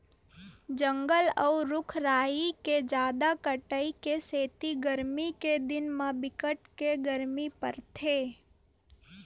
जंगल अउ रूख राई के जादा कटाई के सेती गरमी के दिन म बिकट के गरमी परथे